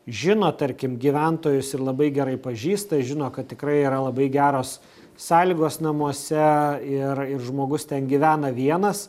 žino tarkim gyventojus ir labai gerai pažįsta žino kad tikrai yra labai geros sąlygos namuose ir ir žmogus ten gyvena vienas